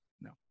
no